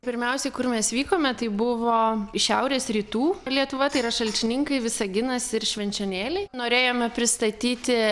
pirmiausiai kur mes vykome tai buvo į šiaurės rytų lietuva tai yra šalčininkai visaginas ir švenčionėliai norėjome pristatyti